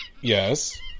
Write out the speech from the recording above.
Yes